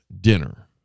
dinner